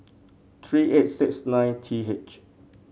three eight six nine T H